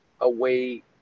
away